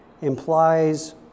implies